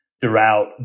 throughout